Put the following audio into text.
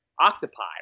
octopi